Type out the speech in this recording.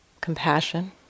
compassion